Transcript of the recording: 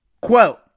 Quote